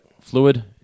fluid